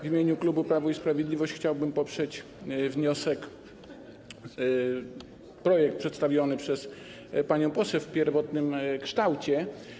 W imieniu klubu Prawo i Sprawiedliwość chciałbym poprzeć wniosek, projekt przedstawiony przez panią poseł w pierwotnym kształcie.